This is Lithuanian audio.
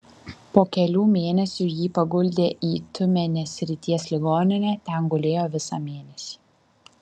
po kelių mėnesių jį paguldė į tiumenės srities ligoninę ten gulėjo visą mėnesį